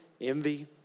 envy